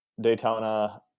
daytona